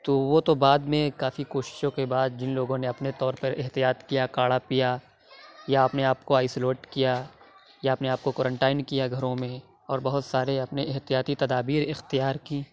تو وہ تو بعد میں کافی کوششوں کے بعد جن لوگوں نے اپنے طور پر احتیاط کیا کاڑھا پیا یا اپنے آپ کو آئس لوٹ کیا یا اپنے آپ کو کورنٹائن کیا گھروں میں اور بہت سارے اپنے احتیاطی تدابیر اختیار کی